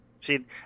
See